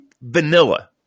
vanilla